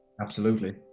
absolutely.